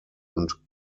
und